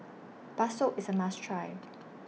Bakso IS A must Try